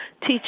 Teach